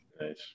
Nice